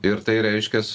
ir tai reiškias